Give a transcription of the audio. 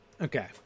Okay